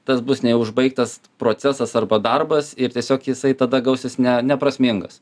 tas bus neužbaigtas procesas arba darbas ir tiesiog jisai tada gausis ne neprasmingas